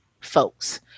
folks